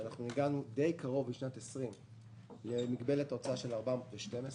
שהגענו בשנת 20 די קרוב למגבלת ההוצאה של 412,